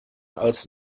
als